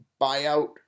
buyout